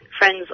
Friends